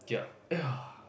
ya !aiya!